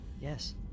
Yes